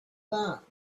that